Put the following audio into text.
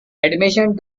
admission